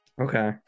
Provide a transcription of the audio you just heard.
Okay